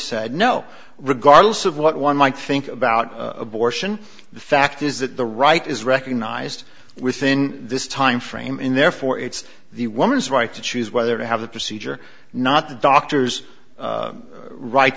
said no regardless of what one might think about abortion the fact is that the right is recognized within this time frame in therefore it's the woman's right to choose whether to have the procedure not the doctors right